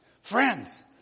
friends